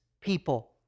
people